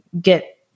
get